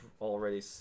already